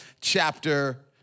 chapter